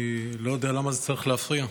אני לא יודע למה זה צריך להפריע,